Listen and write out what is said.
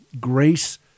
grace